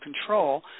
control